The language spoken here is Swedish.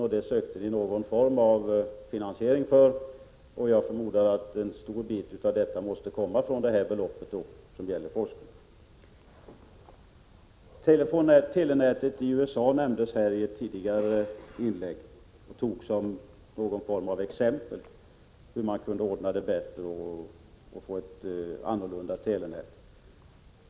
När det gäller finasieringen av detta, förmodar jag att en stor del av pengarna måste tas från det belopp som gäller forskning. Telenätet i USA nämndes ett tidigare inlägg som exempel på hur telenätet kunde bli bättre och annorlunda.